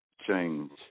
change